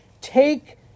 ...take